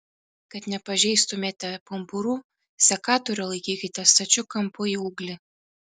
kad nepažeistumėte pumpurų sekatorių laikykite stačiu kampu į ūglį